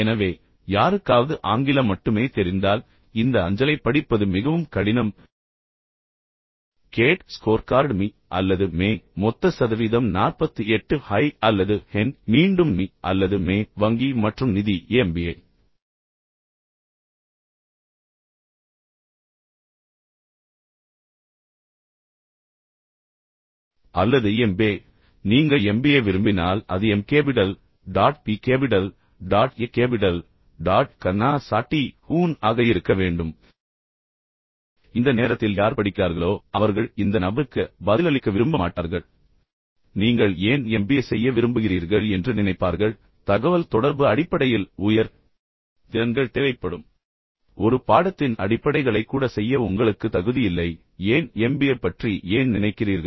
எனவே யாருக்காவது ஆங்கிலம் மட்டுமே தெரிந்தால் இந்த அஞ்சலைப் படிப்பது மிகவும் கடினம் கேட் ஸ்கோர் கார்டு மீ அல்லது மே மொத்த சதவீதம் 48 ஹை அல்லது ஹென் மீண்டும் மீ அல்லது மே வங்கி மற்றும் நிதி எம்பிஏ அல்லது எம்பே நீங்கள் எம்பிஏ விரும்பினால் அது M capital dot B capital dot A capital dot கர்னா சாட்டி ஹூன் ஆக இருக்க வேண்டும் இந்த நேரத்தில் யார் படிக்கிறார்களோ அவர்கள் இந்த நபருக்கு பதிலளிக்க விரும்ப மாட்டார்கள் நீங்கள் ஏன் எம்பிஏ செய்ய விரும்புகிறீர்கள் என்று நினைப்பார்கள் தகவல்தொடர்பு அடிப்படையில் உயர் திறன்கள் தேவைப்படும் ஒரு பாடத்தின் அடிப்படைகளை கூட செய்ய உங்களுக்கு தகுதி இல்லை ஏன் எம்பிஏ பற்றி ஏன் நினைக்கிறீர்கள்